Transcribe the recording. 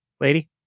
lady